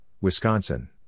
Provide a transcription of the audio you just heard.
Wisconsin